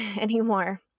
anymore